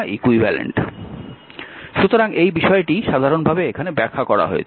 সুতরাং এই বিষয়টিই সাধারণভাবে এখানে ব্যাখ্যা করা হয়েছে